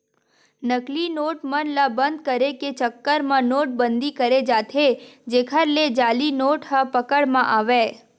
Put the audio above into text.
नकली नोट मन ल बंद करे के चक्कर म नोट बंदी करें जाथे जेखर ले जाली नोट ह पकड़ म आवय